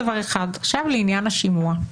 לעניין השימוע.